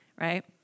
right